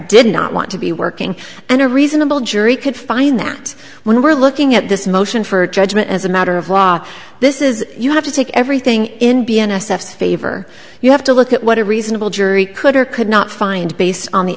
did not want to be working and a reasonable jury could find that when we're looking at this motion for judgment as a matter of law this is you have to take everything in b n s f favor you have to look at what a reasonable jury could or could not find based on the